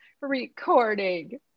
recording